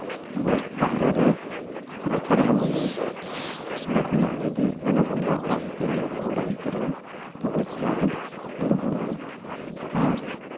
ᱟᱵᱚ ᱵᱟᱦᱨᱮ ᱨᱮ ᱨᱟᱪᱟ ᱨᱮᱦᱚᱸ ᱵᱚᱱ ᱫᱩᱲᱩᱵ ᱫᱟᱲᱮᱜᱼᱟ ᱚᱸᱰᱮ ᱠᱷᱚᱱᱟᱜ ᱡᱩᱫᱤ ᱢᱮᱱᱟ ᱵᱚᱱ ᱡᱤᱫᱤ ᱵᱟ ᱚᱲᱟᱜ ᱵᱷᱤᱛᱤᱨ ᱨᱤᱧ ᱵᱚᱞᱚᱜᱼᱟ ᱚᱲᱟᱜ ᱵᱷᱤᱛᱟᱹᱨ ᱨᱮᱦᱚᱸ ᱟᱵᱚ ᱪᱮᱭᱟᱨ ᱨᱮ ᱫᱩᱲᱩᱵ ᱵᱚᱱ ᱫᱟᱲᱮᱭᱟᱜᱼᱟ ᱟᱨ